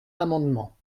l’amendement